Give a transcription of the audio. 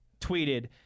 tweeted